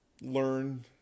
learn